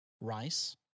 rice